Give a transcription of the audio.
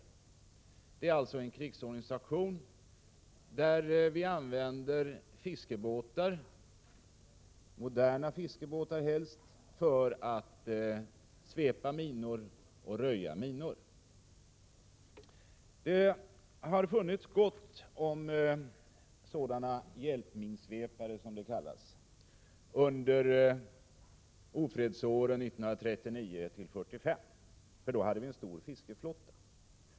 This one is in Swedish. Det gäller alltså en krigsorganisation, där vi använder fiskebåtar — helst moderna — för att svepa och röja minor. Det fanns gott om sådana hjälpminsvepare, som de kallas, under ofärdsåren 1939-1945, för då hade vi en stor fiskeflotta.